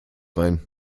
rein